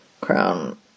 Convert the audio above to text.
crown